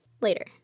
later